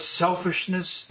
selfishness